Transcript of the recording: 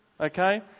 Okay